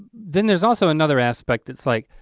then there's also another aspect it's like,